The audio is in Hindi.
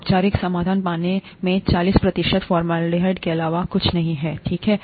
औपचारिक समाधान पानी में चालीस प्रतिशत फॉर्मलाडेहाइड के अलावा और कुछ नहीं है ठीक है